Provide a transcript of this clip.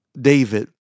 David